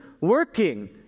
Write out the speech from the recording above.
working